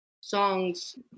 songs